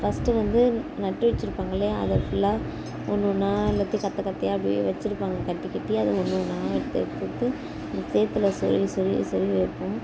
first வந்து நட்டு வச்சிருப்பாங்க இல்லையா அதை ஃபுல்லாக ஒன்று ஒன்றா எல்லாத்தையும் கற்றை கற்றையா அப்படியே வச்சிருப்பாங்க கட்டி கட்டி அது ஒன்று ஒன்றா எடுத்து எடுத்து எடுத்து சேற்றுல சொருகி சொருகி சொருகி வைப்போம்